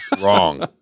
wrong